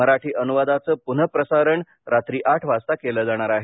मराठी अनुवादाचं पुनःप्रसारण रात्री आठ वाजता केलं जाणार आहे